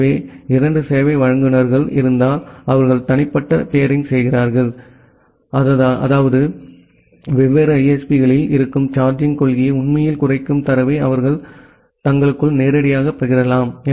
எனவே 2 சேவை வழங்குநர்கள் இருந்தால் அவர்கள் தனிப்பட்ட பியரிங் செய்கிறார்கள் அதாவது வெவ்வேறு ISP களில் இருக்கும் சார்ஜிங் கொள்கையை உண்மையில் குறைக்கும் தரவை அவர்கள் தங்களுக்குள் நேரடியாகப் பகிரலாம்